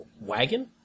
wagon